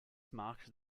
marked